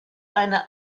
eine